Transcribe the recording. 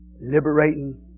Liberating